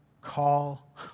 call